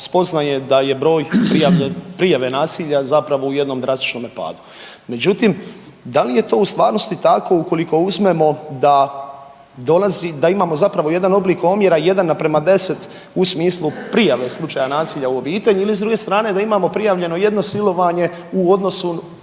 spoznaje da je broj prijave nasilja zapravo u jednom drastičnome padu. Međutim, da li je to u stvarnosti tako ukoliko uzmemo da dolazi, da imamo zapravo jedan oblik omjera 1:10 u smislu prijave slučaja nasilja u obitelji ili s druge strane da imamo prijavljeno jedno silovanje u odnosu